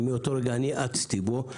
מאותו רגע אני האצתי בו.